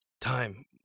Time